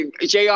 Jr